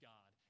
God